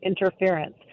interference